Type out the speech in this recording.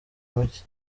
muke